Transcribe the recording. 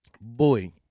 Boy